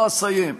לא אסיים,